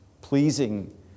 pleasing